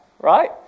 right